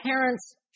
parents